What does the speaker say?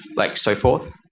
like so forth?